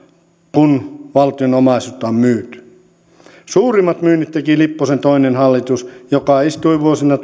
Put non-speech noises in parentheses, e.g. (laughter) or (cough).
kun valtion omaisuutta on myyty suurimmat myynnit teki lipposen toinen hallitus joka istui vuosina (unintelligible)